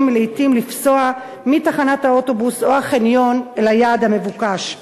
לעתים לפסוע מתחנת האוטובוס או החניון אל היעד המבוקש.